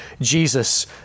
Jesus